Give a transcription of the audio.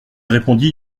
répondit